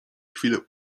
chwile